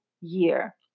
year